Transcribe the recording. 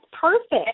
perfect